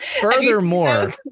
Furthermore